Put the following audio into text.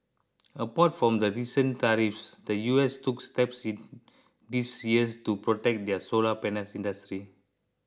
apart from the recent tariffs the US took steps in this years to protect their solar panel industry